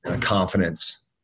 confidence